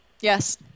Yes